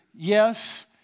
Yes